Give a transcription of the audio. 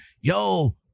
yo